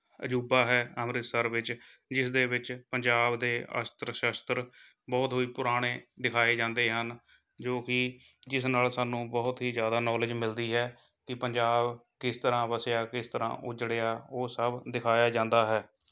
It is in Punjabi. ਅਜੂਬਾ ਹੈ ਅੰਮ੍ਰਿਤਸਰ ਵਿੱਚ ਜਿਸ ਦੇ ਵਿੱਚ ਪੰਜਾਬ ਦੇ ਅਸਤਰ ਸ਼ਸਤਰ ਬਹੁਤ ਹੀ ਪੁਰਾਣੇ ਦਿਖਾਏ ਜਾਂਦੇ ਹਨ ਜੋ ਕਿ ਜਿਸ ਨਾਲ ਸਾਨੂੰ ਬਹੁਤ ਹੀ ਜ਼ਿਆਦਾ ਨੌਲੇਜ ਮਿਲਦੀ ਹੈ ਕਿ ਪੰਜਾਬ ਕਿਸ ਤਰ੍ਹਾਂ ਵਸਿਆ ਕਿਸ ਤਰ੍ਹਾਂ ਉਜੜਿਆ ਉਹ ਸਭ ਦਿਖਾਇਆ ਜਾਂਦਾ ਹੈ